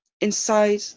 inside